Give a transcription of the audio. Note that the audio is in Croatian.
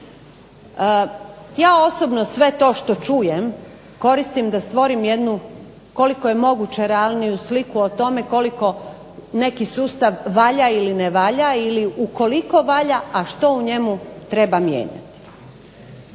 Ja osobno sve to što čujem koristim da stvorim jednu koliko je moguće realniju sliku o tome koliko neki sustav valja ili ne valja ili ukoliko valja, a što u njemu treba mijenjati.